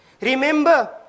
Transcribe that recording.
Remember